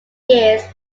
years